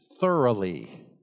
thoroughly